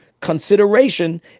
consideration